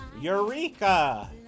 Eureka